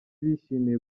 bishimiye